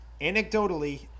anecdotally